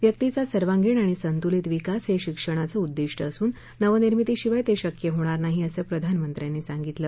व्यक्तीचा सर्वांगीण आणि संतुलित विकास हे शिक्षणाचं उद्दिष्ट असून नवनिर्मितीशिवाय ते शक्य होणार नाही असं प्रधानमंत्र्यांनी सांगितलं